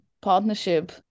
partnership